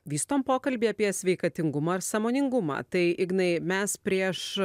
vystom pokalbį apie sveikatingumą ir sąmoningumą tai ignai mes prieš